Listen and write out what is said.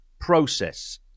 process